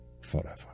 forever